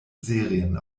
serien